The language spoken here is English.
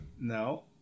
No